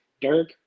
Dirk